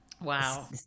Wow